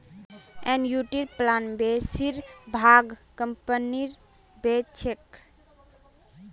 एनयूटीर प्लान बेसिर भाग कंपनी बेच छेक